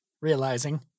Realizing